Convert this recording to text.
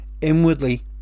inwardly